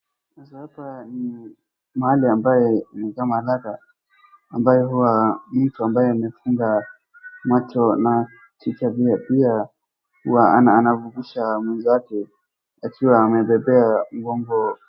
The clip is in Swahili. Sasa hapa ni mahali ambaye ni kama sasa ambayo huwa mtu ambaye amefunga macho na pia huwa anamvukisa mwenzake akiwa amembebea mgongo.